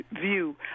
view